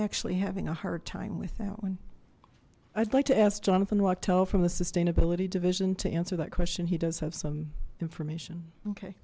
actually having a hard time with that one i'd like to ask jonathan wachtel from the sustainability division to answer that question he does have some information okay